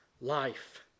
life